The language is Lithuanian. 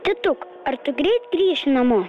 tėtuk ar tu greit grįši namo